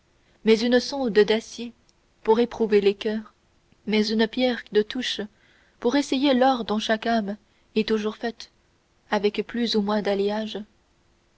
mais une sonde d'acier pour éprouver les coeurs mais une pierre de touche pour essuyer l'or dont chaque âme est toujours faite avec plus ou moins d'alliage